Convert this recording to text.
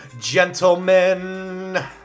gentlemen